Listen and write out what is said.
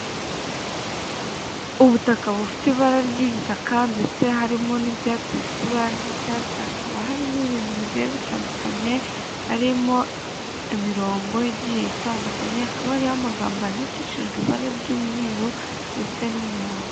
Ubutaka bufite ibara ry'igitaka, ndetse harimo n'ibyatsi bifite ibara ry'icyatsi hakaba harimo ibintu bigenda bitandukanye, harimo imirongo igiye itandukanye hakaba ari amagambo yandikishijwe ibara ry'umweru ndetse n'umuhondo.